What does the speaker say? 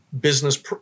business